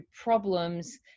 problems